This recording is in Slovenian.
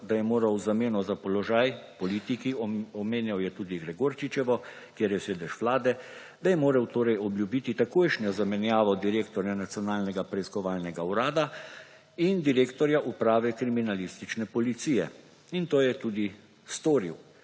da je moral v zameno za položaj v politiki – omenjal je tudi Gregorčičevo, kjer je sedež Vlade – obljubiti takojšnjo zamenjavo direktorja Nacionalnega preiskovalnega urada in direktorja Uprave kriminalistične policije; in to je tudi storil.